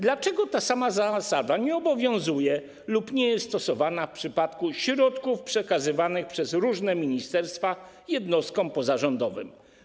Dlaczego ta sama zasada nie obowiązuje lub nie jest stosowana w przypadku środków przekazywanych przez różne ministerstwa jednostkom pozarządowym?